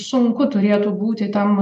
sunku turėtų būti tam